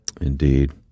Indeed